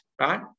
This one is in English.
right